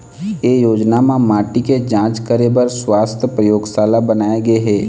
ए योजना म माटी के जांच करे बर सुवास्थ परयोगसाला बनाए गे हे